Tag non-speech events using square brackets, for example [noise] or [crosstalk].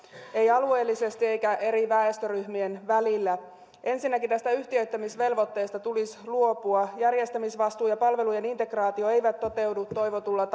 ei alueellisesti eikä eri väestöryhmien välillä ensinnäkin tästä yhtiöittämisvelvoitteesta tulisi luopua järjestämisvastuu ja palvelujen integraatio eivät toteudu toivotulla [unintelligible]